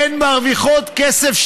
הן מרוויחות כסף,